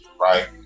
right